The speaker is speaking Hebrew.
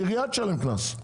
העירייה תשלם קנס.